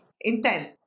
intense